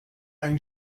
ein